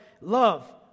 love